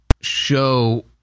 show